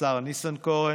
השר ניסנקורן,